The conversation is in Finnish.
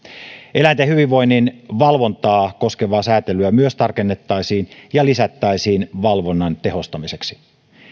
eläinten hyvinvoinnin valvontaa koskevaa säätelyä tarkennettaisiin ja lisättäisiin valvonnan tehostamiseksi